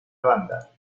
banda